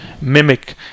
mimic